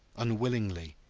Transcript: unwillingly,